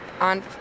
on